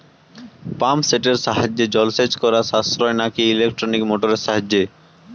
Pump সেটের সাহায্যে জলসেচ করা সাশ্রয় নাকি ইলেকট্রনিক মোটরের সাহায্যে?